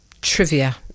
trivia